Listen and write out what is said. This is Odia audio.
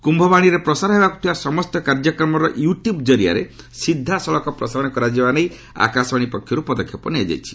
କ୍ରୟବାଣୀରେ ପ୍ରସାର ହେବାକୃ ଥିବା ସମସ୍ତ କାର୍ଯ୍ୟକ୍ରମର ୟୁଟ୍ର୍ କରିଆରେ ସିଧାସଳଖ ପ୍ରସାରଣ କରାଯିବା ନେଇ ଆକାଶବାଣୀ ପକ୍ଷରୁ ପଦକ୍ଷେପ ନିଆଯାଇଛି